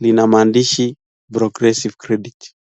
lina maandishi progressive credit .